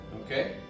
Okay